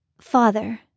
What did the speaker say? Father